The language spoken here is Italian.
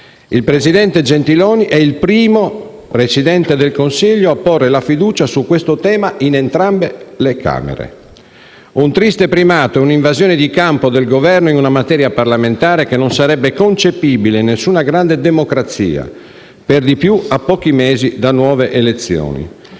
Il presidente Gentiloni Silveri è il primo Presidente del Consiglio a porre la fiducia su questo tema in entrambe le Camere; un triste primato e una invasione di campo del Governo in una materia parlamentare che non sarebbe concepibile in alcuna grande democrazia, per di più a pochi mesi da nuove elezioni.